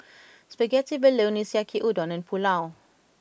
Spaghetti Bolognese Yaki Udon and Pulao